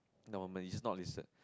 there were but it's not listed